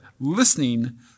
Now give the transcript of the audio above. listening